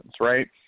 Right